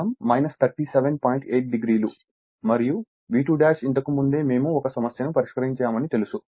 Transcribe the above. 8 డిగ్రీలు మరియు V2ఇంతకు ముందే మేము ఒక సమస్యను పరిష్కరించామని తెలుసు